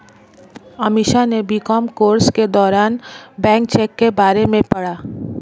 अमीषा ने B Com course के दौरान बैंक चेक के बारे में पढ़ा